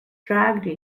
dragged